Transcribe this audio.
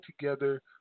together